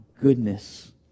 Goodness